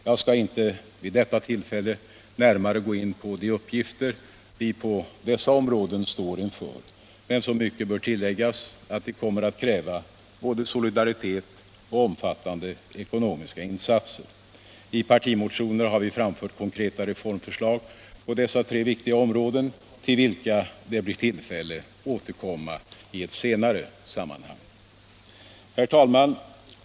Jag skall inte vid detta tillfälle närmare gå in på de uppgifter vi på dessa områden står inför, men så mycket bör tilläggas att de kommer att kräva både solidaritet och omfattande ekonomiska insatser. I partimotioner har vi framfört konkreta reformförslag på dessa tre viktiga områden, till vilka det blir tillfälle att återkomma i ett senare sammanhang. Herr talman!